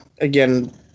Again